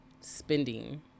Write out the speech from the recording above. spending